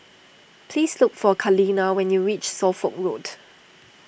please look for Kaleena when you reach Suffolk Road